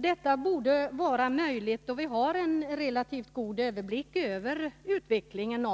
Detta borde vara möjligt, då vi har en relativt god överblick över utvecklingen.